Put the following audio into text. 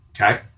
Okay